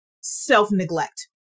self-neglect